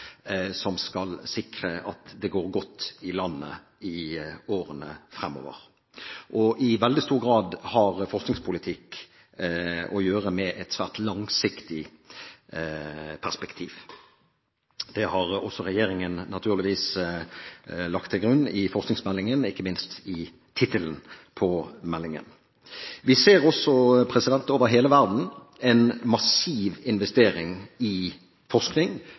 som skal sikre at det går godt i landet i årene fremover. I veldig stor grad har forskningspolitikk å gjøre med et svært langsiktig perspektiv. Det har også regjeringen naturligvis lagt til grunn i forskningsmeldingen – ikke minst i tittelen på meldingen. Over hele verden ser vi en massiv investering i forskning,